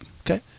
Okay